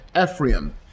Ephraim